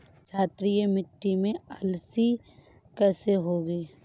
क्षारीय मिट्टी में अलसी कैसे होगी?